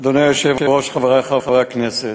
אדוני היושב-ראש, חברי חברי הכנסת,